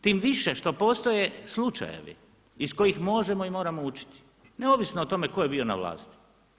Tim više što postoje slučajevi iz kojih možemo i moramo učiti neovisno o tome tko je bio na vlasti.